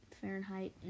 Fahrenheit